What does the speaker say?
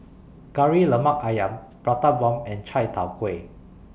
Kari Lemak Ayam Prata Bomb and Chai Tow Kway